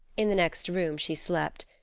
in the next room she slept,